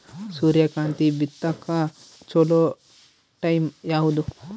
ಸೂರ್ಯಕಾಂತಿ ಬಿತ್ತಕ ಚೋಲೊ ಟೈಂ ಯಾವುದು?